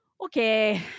okay